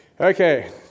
Okay